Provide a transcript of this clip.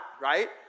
Right